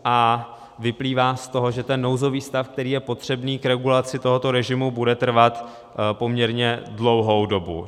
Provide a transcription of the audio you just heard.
A vyplývá z toho, že ten nouzový stav, který je potřebný k regulaci tohoto režimu, bude trvat poměrně dlouhou dobu.